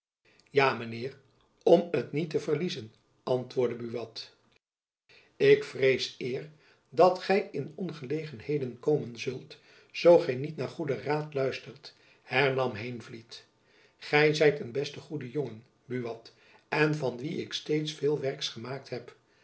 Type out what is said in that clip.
mijn heer om het niet te verliezen antwoordde buat ik vrees eer dat gy in ongelegenheden komen zult zoo gy niet naar goeden raad luistert hernam heenvliet gy zijt een beste goede jongen buat en van wien ik steeds veel werks gemaakt heb